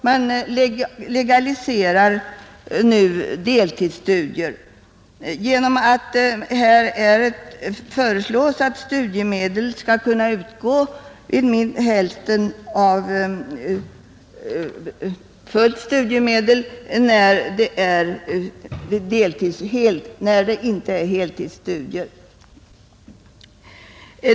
Man legaliserar nu deltidsstudier genom att här föreslås att studiemedel skall kunna utgå med hälften av fulla studiemedel när det är studier på halvtid.